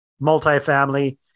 multifamily